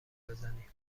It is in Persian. بزنی